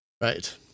right